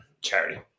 charity